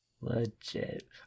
Legit